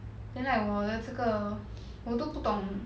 then like 我的这个我都不懂